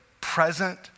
present